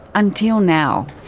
until now.